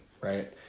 right